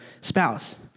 spouse